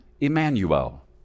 Emmanuel